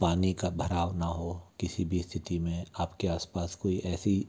पानी का भराव ना हो किसी भी स्थिति में आप के आस पास कोई ऐसी